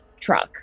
truck